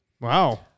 Wow